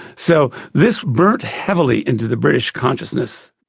so this burnt heavily into the british consciousness.